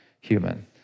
human